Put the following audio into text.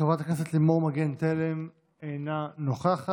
חברת הכנסת לימור מגן תלם, אינה נוכחת.